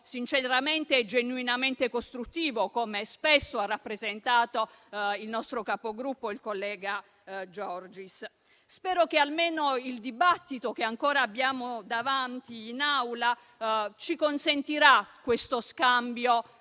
sinceramente e genuinamente costruttivo, come spesso ha rappresentato il nostro Capogruppo, il collega Giorgis. Colleghi, spero che almeno il dibattito che ancora abbiamo davanti in Aula ci consentirà questo scambio